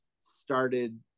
started